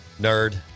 Nerd